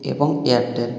ଏବଂ ଏୟାରଟେଲ୍